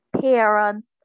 parents